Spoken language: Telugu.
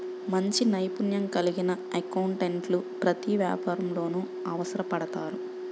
మంచి నైపుణ్యం కలిగిన అకౌంటెంట్లు ప్రతి వ్యాపారంలోనూ అవసరపడతారు